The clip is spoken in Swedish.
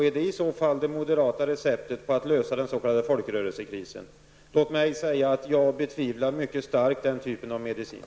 Är det detta som är moderaternas recept för att lösa folkrörelsekrisen? Låt mig säga att jag betvivlar mycket starkt den typen av medicin.